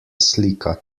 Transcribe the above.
slika